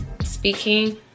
speaking